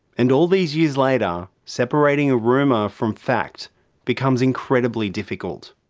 and all these years later, separating ah rumour from fact becomes incredibly difficult.